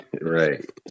Right